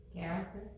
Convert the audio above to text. character